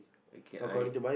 okay I